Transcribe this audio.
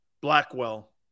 Blackwell